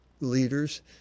leaders